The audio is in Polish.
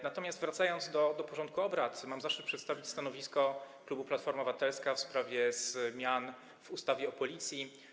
Natomiast wracając do porządku obrad, mam zaszczyt przedstawić stanowisko klubu Platforma Obywatelska w sprawie zmian w ustawie o Policji.